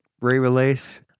re-release